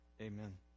amen